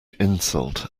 insult